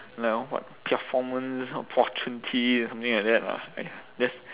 like one what this kind of something like that lah !aiya! just